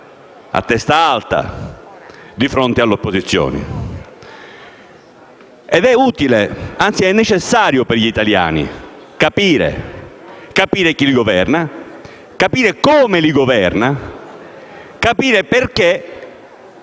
a testa alta di fronte all'opposizione. È utile, anzi necessario, per gli italiani capire chi li governa, come li governa, e capire perché